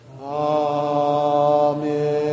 Amen